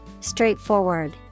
Straightforward